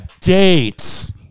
dates